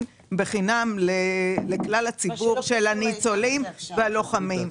שניתנת בחינם לכלל ציבור הניצולים והלוחמים.